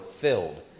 filled